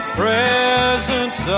presence